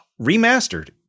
remastered